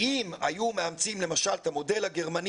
אם היו מאמצים למשל את המודל הגרמני